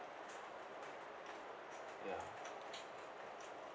ya